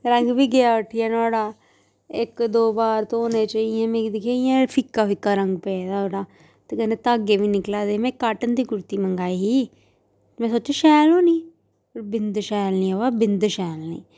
रंग बी गेआ उठी नुआढ़ा इक दो बार धोने च इ'यां मिगी दिक्खेआ इ'यां फिक्का फिक्का रंग पेदा ओह्दा ते कन्नै धागे बी निकला दे हे में काटन दी कुर्ती मंगाई ही में सोचेआ शैल होनी पर बिंद शैल नी अवा बिंद शैल नी